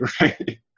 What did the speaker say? right